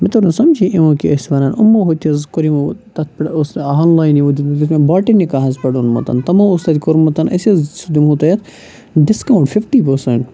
مےٚ توٚر نہٕ سَمجھی یِمو کیٛاہ ٲسۍ وَنان یِمو ہُتہِ حظ کوٚر یِمو تَتھ پٮ۪ٹھ اوس آن لاین یِمو دیُتمُت یہِ اوس مےٚ باٹنِکاہَس پٮ۪ٹھ اوٚنمُت تِمو اوس تَتہِ کوٚرمُت أسۍ حظ دِمو تۄہہِ اَتھ ڈِسکاوُنٛٹ فِفٹی پٔرسَںٛٹ